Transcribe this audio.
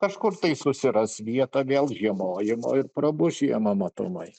kažkur tai susiras vietą vėl žiemojimo ir prabus žiema matomai